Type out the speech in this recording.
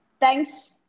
Thanks